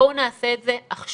בואו נעשה את זה עכשיו.